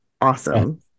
awesome